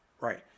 right